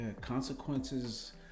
consequences